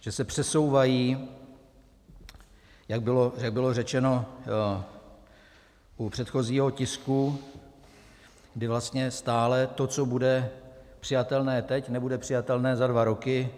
Že se přesouvají, jak bylo řečeno u předchozího tisku, kdy vlastně stále to, co bude přijatelné teď, nebude přijatelné za dva roky.